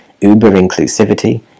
uber-inclusivity